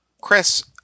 Chris